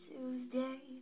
Tuesday